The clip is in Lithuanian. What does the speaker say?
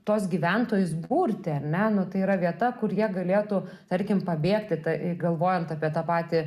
tuos gyventojus burti ar ne nu tai yra vieta kur jie galėtų tarkim pabėgti tai galvojant apie tą patį